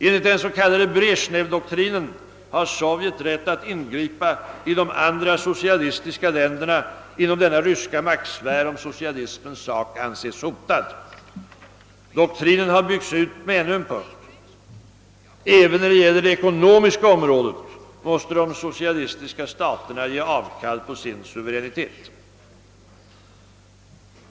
Enligt den s.k. Brezjnevdoktrinen har Sovjet rätt att ingripa i de andra socialistiska länderna inom den ryska maktsfären om socialismens sak anses hotad. Doktrinen har byggts ut med ännu en punkt: även när det gäller det ekonomiska området måste de socialistiska staterna ge avkall på sin suveränitet.